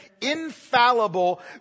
infallible